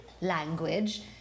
language